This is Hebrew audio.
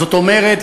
זאת אומרת,